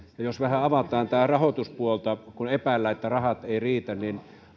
jos vähän avataan tämän rahoituspuolta kun epäillään että rahat eivät riitä niin